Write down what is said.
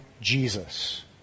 Jesus